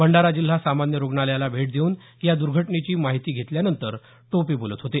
भंडारा जिल्हा सामान्य रुग्णालयाला भेट देऊन या दुर्घटनेची माहिती घेतल्यानंतर टोपे बोलत होते